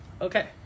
okay